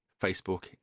Facebook